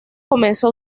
comenzó